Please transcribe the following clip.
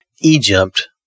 Egypt